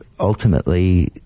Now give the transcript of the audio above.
ultimately